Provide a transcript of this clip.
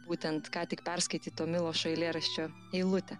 būtent ką tik perskaityto milošo eilėraščio eilutę